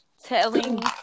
telling